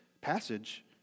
passage